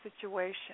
situation